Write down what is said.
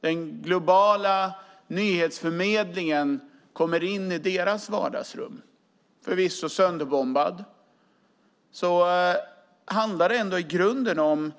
När den globala nyhetsförmedlingen kommer in i deras vardagsrum, förvisso sönderbombat, handlar det ändå i grunden om